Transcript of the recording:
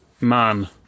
man